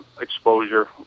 exposure